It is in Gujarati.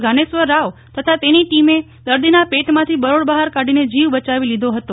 જ્ઞાનેશ્વર રાવ તથા તેની ટીમે દર્દીના પેટમાંથીબરોળ બહાર કાઢીને જીવ બચાવી લીધો હતો